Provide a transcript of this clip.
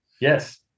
Yes